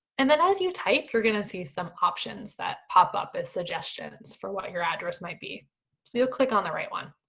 and then as you type, you're gonna see some options that pop up as suggestions for what your address might be. so you'll click on the right one.